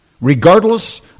regardless